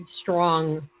strong